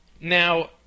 Now